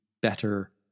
better